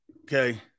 Okay